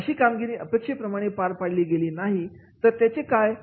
जर अशी कामगिरी अपेक्षेप्रमाणे पार पाडली गेली नाही तर त्याचे कारण काय